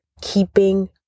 keeping